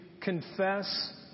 confess